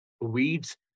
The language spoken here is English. weeds